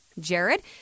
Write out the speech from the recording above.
Jared